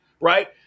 right